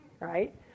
right